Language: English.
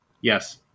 Yes